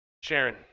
Sharon